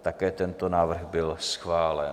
Také tento návrh byl schválen.